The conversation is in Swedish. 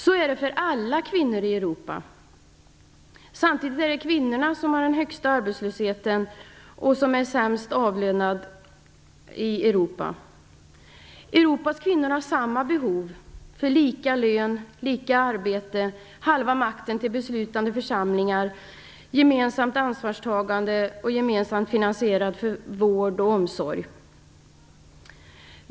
Så är det för alla kvinnor i Europa. Samtidigt är det kvinnorna som uppvisar den högsta arbetslösheten och som är de sämst avlönade i Europas kvinnor har samma behov av lika lön, lika arbete, halva makten i beslutande församlingar, gemensamt ansvarstagande samt gemensamt finansierad vård och omsorg.